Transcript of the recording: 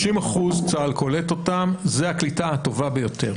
30% צה"ל קולט אותם, זו הקליטה הטובה ביותר.